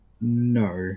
No